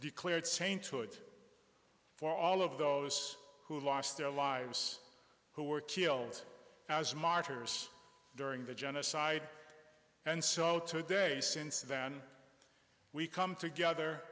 declared sainthood for all of those who lost their lives who were killed as martyrs during the genocide and so today since then we come together